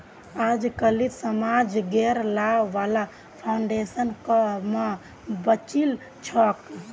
अजकालित समाजत गैर लाभा वाला फाउन्डेशन क म बचिल छोक